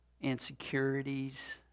insecurities